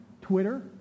Twitter